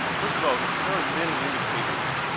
first of all, there are many indicators